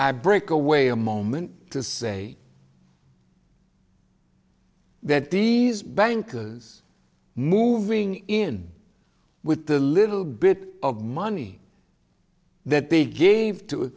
i break away a moment to say that these bankers moving in with a little bit of money that they gave to